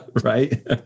Right